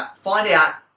find out,